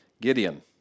Gideon